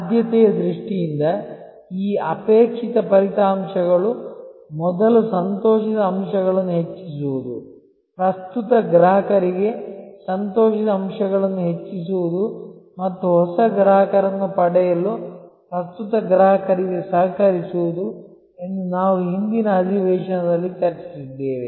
ಆದ್ಯತೆಯ ದೃಷ್ಟಿಯಿಂದ ಈ ಅಪೇಕ್ಷಿತ ಫಲಿತಾಂಶಗಳು ಮೊದಲು ಸಂತೋಷದ ಅಂಶಗಳನ್ನು ಹೆಚ್ಚಿಸುವುದು ಪ್ರಸ್ತುತ ಗ್ರಾಹಕರಿಗೆ ಸಂತೋಷದ ಅಂಶಗಳನ್ನು ಹೆಚ್ಚಿಸುವುದು ಮತ್ತು ಹೊಸ ಗ್ರಾಹಕರನ್ನು ಪಡೆಯಲು ಪ್ರಸ್ತುತ ಗ್ರಾಹಕರಿಗೆ ಸಹಕರಿಸುವುದು ಎಂದು ನಾವು ಹಿಂದಿನ ಅಧಿವೇಶನದಲ್ಲಿ ಚರ್ಚಿಸಿದ್ದೇವೆ